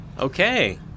Okay